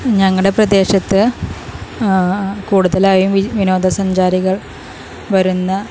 ഞങ്ങളുടെ പ്രദേശത്ത് കൂടുതലായും വിനോദസഞ്ചാരികൾ വരുന്ന